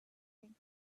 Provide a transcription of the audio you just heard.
thing